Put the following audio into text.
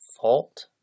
fault